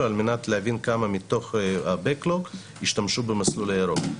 על מנת להבין כמה מתוך ה- backlog השתמשו במסלול הירוק.